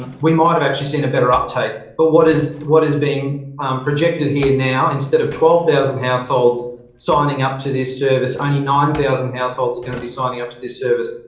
we might have actually seen a better uptake. but what is what is being projected here now, instead of twelve thousand households signing up to this service, only nine thousand households are going to be signing up to this service.